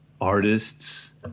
artists